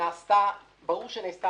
שנעשתה